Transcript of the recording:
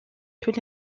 tous